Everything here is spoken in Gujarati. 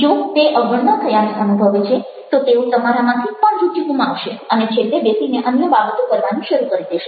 જો તે અવગણના થયાનું અનુભવે છે તો તેઓ તમારામાંથી પણ રુચિ ગુમાવશે અને છેલ્લે બેસીને અન્ય બાબતો કરવાનું શરૂ કરી દેશે